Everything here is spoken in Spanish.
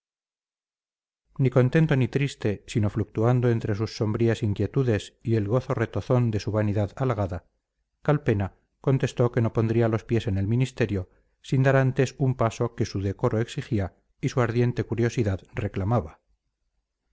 ni contento ni triste sino fluctuando entre sus sombrías inquietudes y el gozo retozón de su vanidad halagada calpena contestó que no pondría los pies en el ministerio sin dar antes un paso que su decoro exigía y su ardiente curiosidad reclamaba